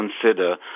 consider